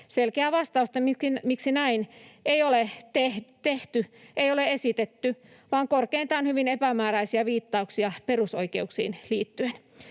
Selkeää vastausta, miksi näin ei ole tehty, ei ole esitetty, vaan korkeintaan hyvin epämääräisiä viittauksia perusoikeuksiin liittyen.